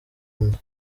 nda